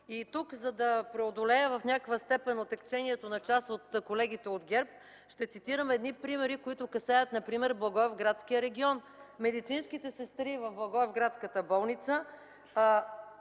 Тук, за да преодолея в някаква степен отегчението на част от колегите от ГЕРБ, ще цитирам примери, които касаят например Благоевградския регион. Медицинските сестри в благоевградската болница